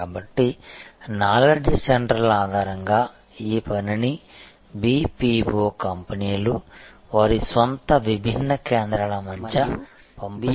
కాబట్టి నాలెడ్జ్ సెంటర్ల ఆధారంగా ఈ పనిని BPO కంపెనీలు వారి స్వంత విభిన్న కేంద్రాల మధ్య పంపిణీ చేస్తాయి